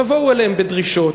תבואו אליהם בדרישות.